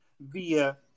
via